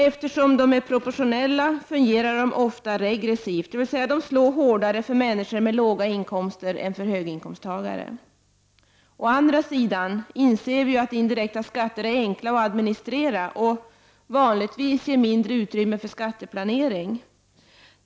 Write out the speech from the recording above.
Eftersom indirekta skatter är proportionella fungerar de ofta regressivt, dvs. de slår hårdare för människor med låga inkomster än för höginkomsttagare. Å andra sidan inser vi att indirekta skatter är enkla att administrera och ger vanligen mindre utrymme för skatteplanering.